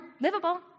livable